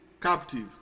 captive